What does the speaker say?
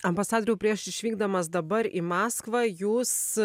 ambasadoriau prieš išvykdamas dabar į maskvą jūs